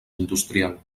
industrial